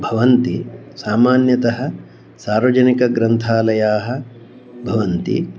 भवन्ति सामान्यतः सार्वजनिकग्रन्थालयाः भवन्ति